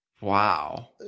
Wow